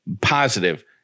positive